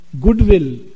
goodwill